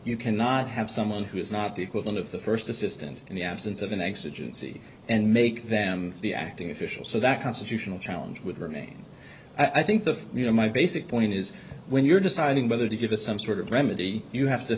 you cannot have someone who is not the equivalent of the first assistant in the absence of an exit in c and make them the acting official so that constitutional challenge with me i think of you know my basic point is when you're deciding whether to give us some sort of remedy you have to